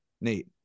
Nate